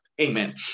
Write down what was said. Amen